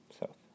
South